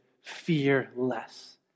fearless